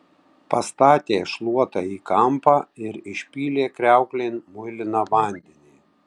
pastatė šluotą į kampą ir išpylė kriauklėn muiliną vandenį